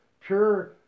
pure